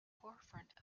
forefront